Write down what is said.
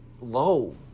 low